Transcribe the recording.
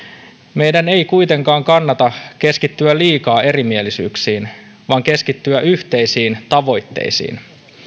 meidän ei kuitenkaan kannata keskittyä liikaa erimielisyyksiin vaan keskittyä yhteisiin tavoitteisiin